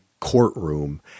courtroom